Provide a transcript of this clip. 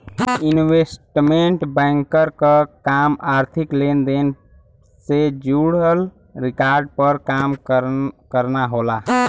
investment banker क काम आर्थिक लेन देन से जुड़ल रिकॉर्ड पर काम करना होला